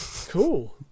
Cool